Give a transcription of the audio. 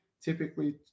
typically